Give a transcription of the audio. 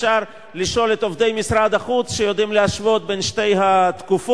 אפשר לשאול את עובדי משרד החוץ שיודעים להשוות בין שתי התקופות.